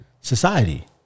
society